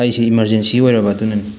ꯑꯩꯁꯤ ꯏꯃꯔꯖꯦꯟꯁꯤ ꯑꯣꯏꯔꯕ ꯑꯗꯨꯅꯅꯤ